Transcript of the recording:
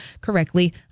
Correctly